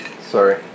sorry